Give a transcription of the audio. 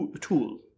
tool